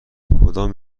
کدام